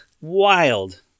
Wild